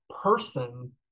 person